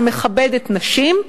שמכבדת נשים,